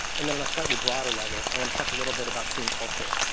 and then a slightly broader level, i want to talk a little bit about team culture.